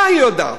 מה היא יודעת?